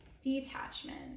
Detachment